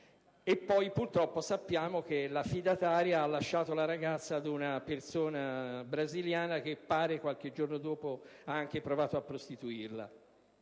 purtroppo, sappiamo che l'affidataria ha lasciato la ragazza a una persona brasiliana, che qualche giorno dopo pare abbia anche provato a prostituirla,